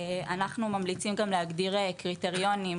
אנחנו ממליצים גם להגדיר קריטריונים